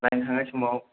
बायनो थांनाय समाव